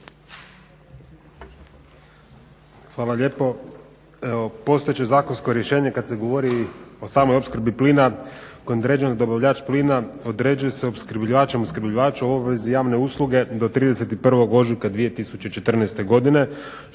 Hvala lijepo. Postojeće zakonsko rješenje kad se govori o samoj opskrbi plina kojem određen dobavljač plina određuje se opskrbljivačem opskrbljivača u obvezi javne usluge do 31. ožujka 2014. godine